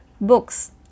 books